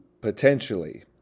potentially